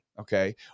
okay